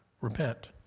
Repent